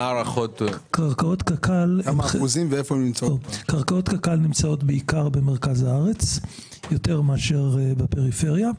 קרקעות קק"ל נמצאות יותר במרכז הארץ מאשר בפריפריה.